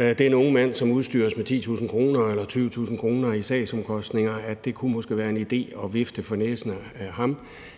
forhold den unge mand, som udstyres med 10.000 kr. eller 7.000 kr. i sagsomkostninger, kunne det være en idé at vifte ham om næsen med